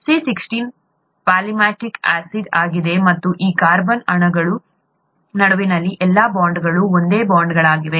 C16 palmitic acid ಆಗಿದೆ ಮತ್ತು ಈ ಕಾರ್ಬನ್ ಅಣುಗಳ ನಡುವಿನ ಎಲ್ಲಾ ಬಾಂಡ್ಗಳು ಒಂದೇ ಬಾಂಡ್ಗಳಾಗಿವೆ